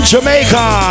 Jamaica